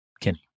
Kenny